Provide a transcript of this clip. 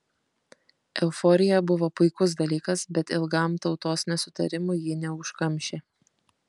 euforija buvo puikus dalykas bet ilgam tautos nesutarimų ji neužkamšė